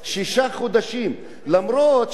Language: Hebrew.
למרות שהוא שילם כל הזמן,